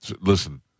listen